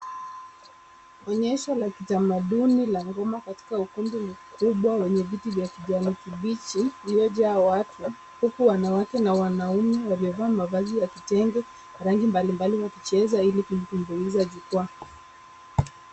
Onyesho la kitamaduni la ngoma katika ukumbi mkubwa wenye viti vya kijani kibichi imejaa watu huku wanawake na wanaume wamevaa mavazi ya kitenge, rangi mbalimbali wakicheza ili kutumbuiza jukwaa.